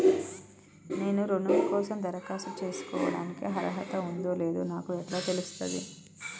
నేను రుణం కోసం దరఖాస్తు చేసుకోవడానికి అర్హత ఉందో లేదో నాకు ఎట్లా తెలుస్తది?